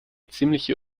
ziemliche